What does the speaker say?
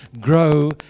grow